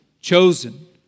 chosen